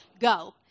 go